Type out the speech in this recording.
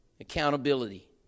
accountability